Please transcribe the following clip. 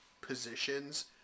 positions